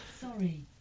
Sorry